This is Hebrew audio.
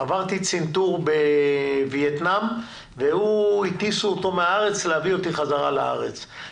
עברתי צנתור בווייטנאם והטיסו אותו מהארץ להביא אות חזרה לארץ.